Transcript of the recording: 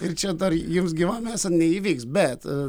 ir čia dar jums gyvam esant neįvyks bet